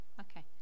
Okay